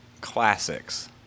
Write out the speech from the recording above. classics